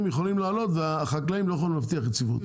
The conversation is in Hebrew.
יכולים לעלות והחקלאים לא יכולים להבטיח יציבות,